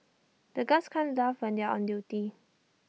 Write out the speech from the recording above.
the guards can't laugh when they are on duty